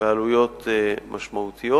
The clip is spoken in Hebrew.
בעלויות משמעותיות,